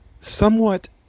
somewhat